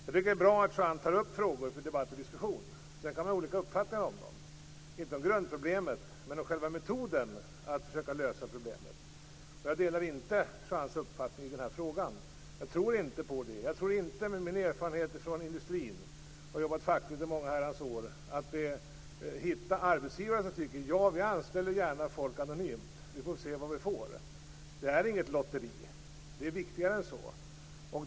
Jag tycker att det är bra att Juan Fonseca tar upp frågor till debatt och diskussion. Sedan kan man ha olika uppfattningar om dem - inte om grundproblemet utan om själva metoden för att försöka lösa problemet. Jag delar inte Juan Fonsecas uppfattning i den här frågan. Jag tror inte på metoden. Med min erfarenhet från industrin - jag har jobbat fackligt i många Herrans år - tror jag inte att det går att hitta arbetsgivare som gärna anställer folk anonymt för att sedan se vad man får. Det här är inget lotteri. Det är viktigare än så.